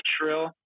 Trill